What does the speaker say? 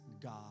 God